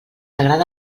agrada